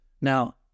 Now